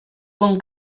con